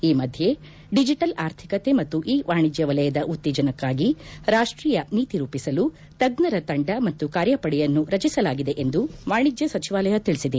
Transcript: ಈ ಮಧ್ಯೆ ಡಿಜೆಟಲ್ ಆರ್ಥಿಕತೆ ಮತ್ತು ಇ ವಾಣಿಜ್ಯ ವಲಯದ ಉತ್ತೇಜನ್ಕಾಗಿ ರಾಷ್ಟೀಯ ನೀತಿ ರೂಪಿಸಲು ತಜ್ಞರ ತಂಡ ಮತ್ತು ಕಾರ್ಯಪಡೆಯನ್ನು ರಚಿಸಲಾಗಿದೆ ಎಂದು ವಾಣಿಜ್ಯ ಸಚಿವಾಲಯ ತಿಳಿಸಿದೆ